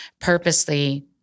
purposely